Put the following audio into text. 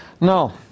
No